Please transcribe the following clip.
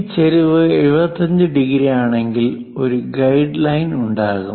ഈ ചെരിവ് 75 ഡിഗ്രി ആണെങ്കിൽ ഒരു ഗൈഡ് ലൈൻ ഉണ്ടാകും